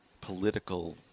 political